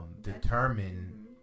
determine